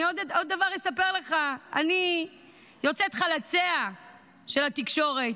אני עוד דבר אספר לך: אני יוצאת חלציה של התקשורת.